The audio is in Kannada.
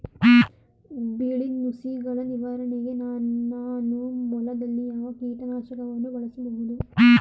ಬಿಳಿ ನುಸಿಗಳ ನಿವಾರಣೆಗೆ ನಾನು ಹೊಲದಲ್ಲಿ ಯಾವ ಕೀಟ ನಾಶಕವನ್ನು ಬಳಸಬಹುದು?